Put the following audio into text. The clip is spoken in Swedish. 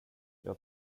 jag